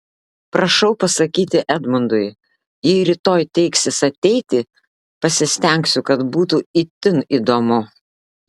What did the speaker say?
prašau pasakyti edmundui jei rytoj teiksis ateiti pasistengsiu kad būtų itin įdomu